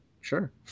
Sure